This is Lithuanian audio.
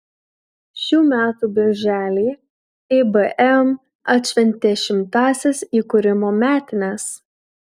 šių metų birželį ibm atšventė šimtąsias įkūrimo metines